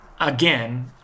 again